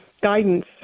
guidance